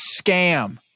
scam